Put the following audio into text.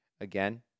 again